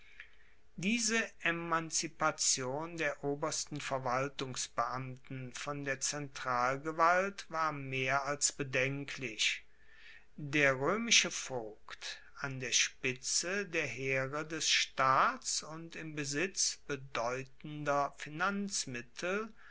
diese emanzipation der obersten verwaltungsbeamten von der zentralgewalt war mehr als bedenklich der roemische vogt an der spitze der heere des staats und im besitz bedeutender finanzmittel